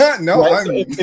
No